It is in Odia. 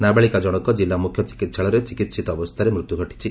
ନାବାଳିକା ଜଣକ ଜିଲ୍ଲା ମୁଖ୍ୟ ଚିକିହାଳୟରେ ଚିକିହିତ ଅବସ୍ଥାରେ ମୃତ୍ୟୁ ଘଟିଛି